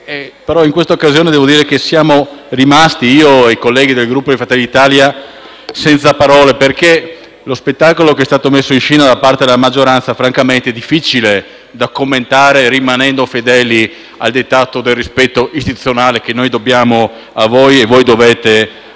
In questa occasione devo dire che io personalmente e i colleghi del Gruppo Fratelli d'Italia siamo rimasti senza parole, perché lo spettacolo messo in scena da parte della maggioranza francamente è difficile da commentare rimanendo fedeli al dettato del rispetto istituzionale che noi dobbiamo a voi e voi dovete a